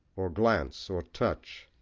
or glance, or touch.